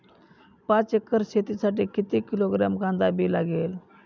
पाच एकर शेतासाठी किती किलोग्रॅम कांदा बी लागेल?